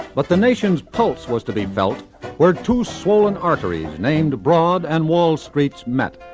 but the nation's pulse was to be felt where two swollen arteries named broad and wall streets met.